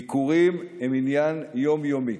ביקורים הם עניין יום-יומי.